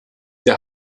der